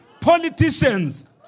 Politicians